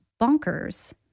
bonkers